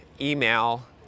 Email